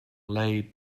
laid